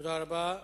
תודה רבה.